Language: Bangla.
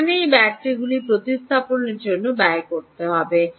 সেখানে এই ব্যাটারিগুলি প্রতিস্থাপনের জন্য ব্যয় কী হবে